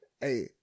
Hey